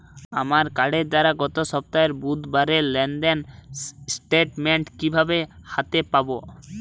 আমার কার্ডের দ্বারা গত সপ্তাহের বুধবারের লেনদেনের স্টেটমেন্ট কীভাবে হাতে পাব?